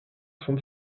sont